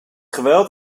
geweld